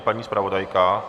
Paní zpravodajka?